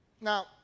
Now